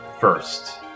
first